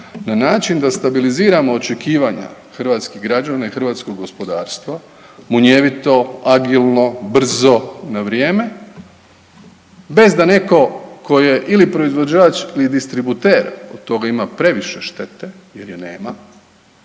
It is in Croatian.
na način da stabiliziramo očekivanja hrvatskih građana i hrvatskog gospodarstva munjevito, agilno, brzo, na vrijeme bez da netko tko je ili proizvođač ili distributer, od toga ima previše štete jer je nema,